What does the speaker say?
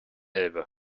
elbe